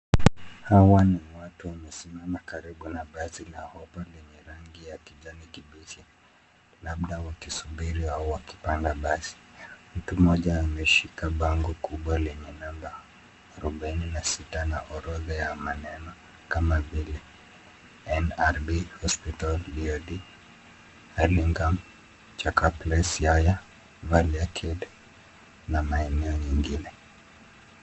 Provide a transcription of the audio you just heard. Hawa ni watu watu wamesimama karibu na basi la hoppa lenye rangi ya kijani kibichi labda wakisubiri au wakipanda basi. Mtu moja ameshika bango kubwa lenye namba 46 na orodha ya maneno kama vila NRB Hospital, DoD, Hurlingham, Yaya, Valley Arcade na maeneo nyingine.